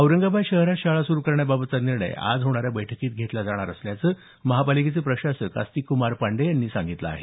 औरंगाबाद शहरात शाळा सुरू करण्याबाबतचा निर्णय आज होणाऱ्या बैठकीत घेतला जाणार असल्याचं महापालिकेचे प्रशासक अस्तिकक्मार पांडेय यांनी सांगितलं आहे